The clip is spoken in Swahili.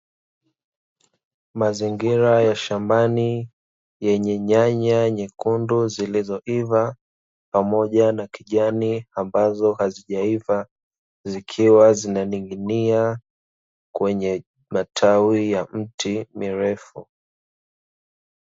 Mazingira ya shambani, yenye nyanya nyekundu zilizoiva pamoja na kijani ambazo hazijaiva, zikiwa zinaning'inia kwenye matawi ya miti mirefu.